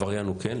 עבריין הוא כן,